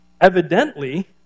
evidently